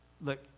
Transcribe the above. look